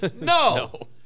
No